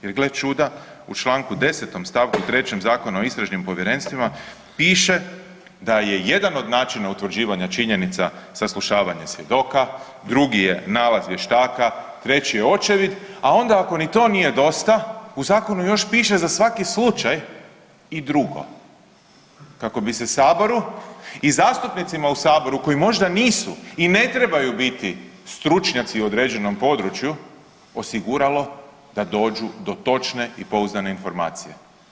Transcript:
Jer gle čuda u članku 10. stavku 3. Zakona o istražnim povjerenstvima piše da je jedan od načina utvrđivanja činjenica saslušavanje svjedoka, drugi je nalaz vještaka, treći je očevid, a onda ako ni to nije dosta u Zakonu još piše za svaki slučaj i drugo kako bi se Saboru i zastupnicima u Saboru koji možda nisu i ne trebaju biti stručnjaci u određenom području osiguralo da dođu do točne i pouzdane informacije.